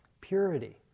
purity